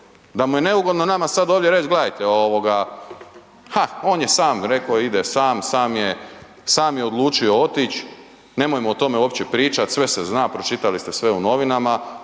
Da mu je neugodno sad ovdje reći gledajte ovoga, ha on je sam rekao, ide sam, sam je odlučio otić, nemojmo o tome uopće pričati, sve se zna, pročitali ste sve u novinama.